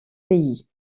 pays